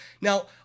Now